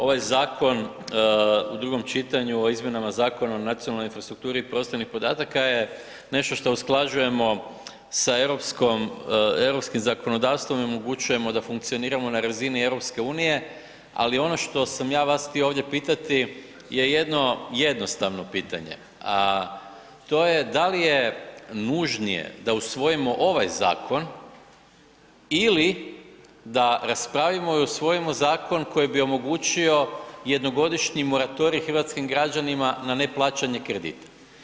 Ovaj zakon u drugom čitanju o izmjenama Zakona o nacionalnoj infrastrukturi i prostornih podataka je nešto što usklađujemo sa europskim zakonodavstvom i omogućujemo da funkcioniramo na razini EU-e, ali ono što sam ja vas htio ovdje pitati je jedno jednostavno pitanje, a to je da li je nužnije da usvojimo ovaj zakon ili da raspravimo i usvojimo zakon koji bi omogućio jednogodišnji moratorij hrvatskim građanima na neplaćanje kredita.